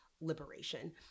liberation